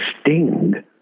Sting